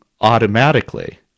automatically